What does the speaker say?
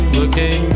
looking